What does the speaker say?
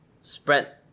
spread